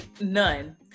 none